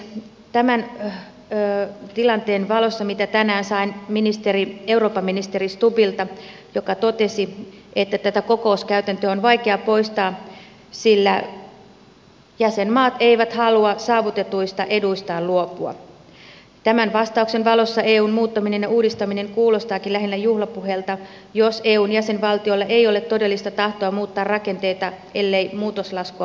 tämän vastauksen valossa minkä tänään sain eurooppaministeri stubbilta joka totesi että tätä kokouskäytäntöä on vaikea poistaa sillä jäsenmaat eivät halua saavutetuista eduistaan luopua eun muuttaminen ja uudistaminen kuulostaakin lähinnä juhlapuheelta jos eun jäsenvaltioilla ei ole todellista tahtoa muuttaa rakenteita ellei muutoslaskua maksa joku muu